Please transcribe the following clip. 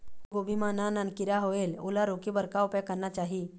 फूलगोभी मां नान नान किरा होयेल ओला रोके बर का उपाय करना चाही?